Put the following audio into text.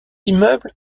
immeuble